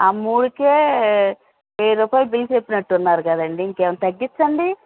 ఆ మూడుకే వేయి రూపాయలు బిల్ చెప్పినట్టున్నారు కదండి ఇంకేం తగ్గిచ్చండీ